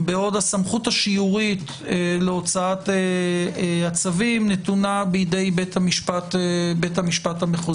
בעוד הסמכות השיורית להוצאת הצווים נתונה בידי בית המשפט המחוזי.